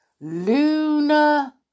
Luna